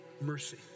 Mercy